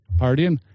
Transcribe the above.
partying